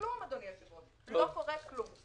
אדוני היושב-ראש, לא קורה כלום.